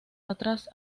atrás